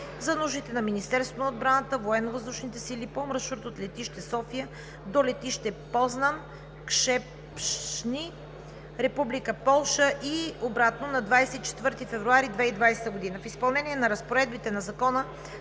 за нуждите на Министерството на отбраната и Военновъздушните сили по маршрут от летище София до летище Познан – Кшепшни, Република Полша, и обратно на 24 февруари 2020 г. В изпълнение на разпоредбите на Закона